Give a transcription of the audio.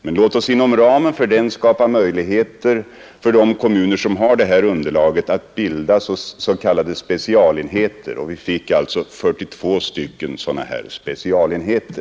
Men låt oss inom ramen för den öppna möjligheter för de kommuner som har detta underlag att bilda s.k. specialenheter. Vi fick på det sättet 42 specialenheter.